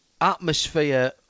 atmosphere